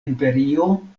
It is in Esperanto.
imperio